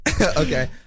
Okay